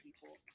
people